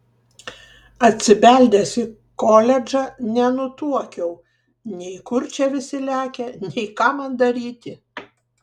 atsibeldęs į koledžą nenutuokiau nei kur čia visi lekia nei ką man daryti